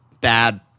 bad